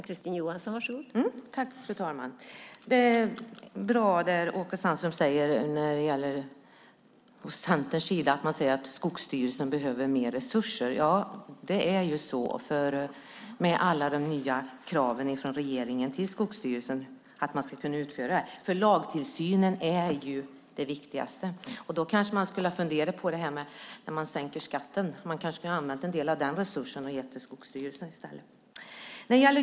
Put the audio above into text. Fru talman! Det är bra det som Åke Sandström säger om att Skogsstyrelsen behöver mer resurser. Ja, så är det om Skogsstyrelsen ska kunna utföra lagtillsynen med alla de nya kraven från regeringen, för lagtillsynen är ju det viktigaste. Då kanske man skulle ha funderat på att i stället för att sänka skatten ge en del av den resursen till Skogsstyrelsen.